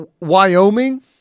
Wyoming